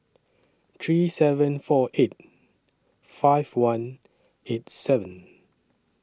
three seven four eight five one eight seven